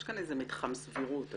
יש פה מתחם סבירות,